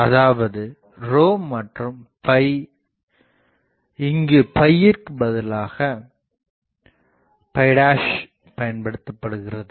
அதாவது மற்றும் இங்கு ற்கு பதிலாக பயன்படுத்தபடுகிறது